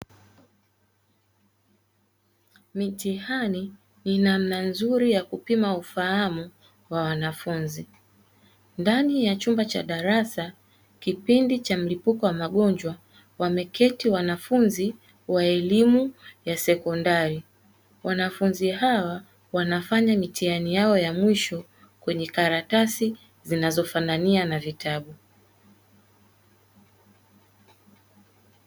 Mitihani ni namna nzuri ya kupima ufahamu kwa wanafunzi, ndani ya chumba cha darasa kipindi cha mlipuko wa magonjwa, wameketi wanafunzi wa elimu ya sekondari, wanafunzi hawa wanafanya mitihani yao ya mwisho kwenye karatasi zinazofanania na vitabu.